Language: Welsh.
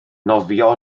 nofio